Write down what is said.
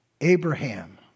Abraham